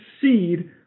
seed